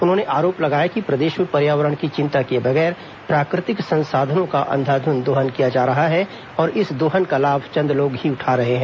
उन्होंने आरोप लगाया कि प्रदेश में पर्यावरण की चिंता किए बगैर प्राकृ तिक संसाधनों का अंधाधंध दोहन किया जा रहा है और इस दोहन का लाभ चंद लोग ही उठा रहे हैं